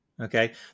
Okay